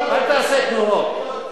אל תעשה תנועות.